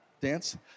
dance